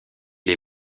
les